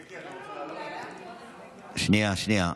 שנייה, שנייה.